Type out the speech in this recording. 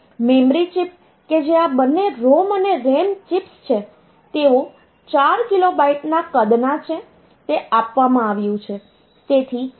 memory chip કે જે આ બંને ROM અને RAM ચિપ્સ છે તેઓ 4KB ના કદના છે તે આપવામાં આવ્યું છે